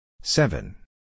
seven